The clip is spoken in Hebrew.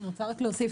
אני רוצה רק להוסיף,